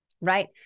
Right